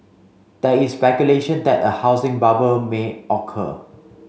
there is speculation that a housing bubble may occur